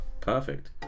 perfect